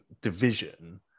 division